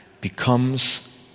becomes